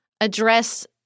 address